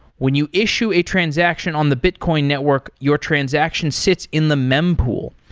when you issue a transaction on the bitcoin network, your transaction sits in the mempool,